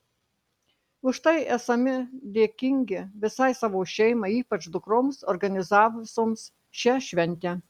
už tai esami dėkingi visai savo šeimai ypač dukroms organizavusioms šią šventę